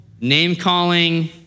name-calling